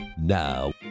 Now